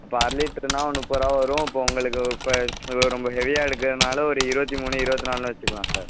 இப்போ அரை லிட்ருனா முப்பது ரூபா வரும் இப்போ உங்களுக்கு இப்போ இப்போ ரொம்ப ஹெவியாக எடுக்கிறதுனால ஒரு இருபத்தி மூணு இருபத்தி நாலுன்னு வைச்சுக்கலாம் சார்